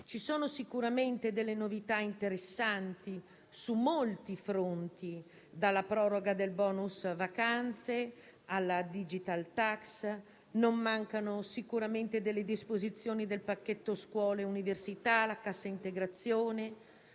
Ci sono sicuramente delle novità interessanti su molti fronti, dalla proroga del *bonus* vacanze alla *digital tax*; non mancano sicuramente disposizioni relative al pacchetto scuola e università. C'è la cassa integrazione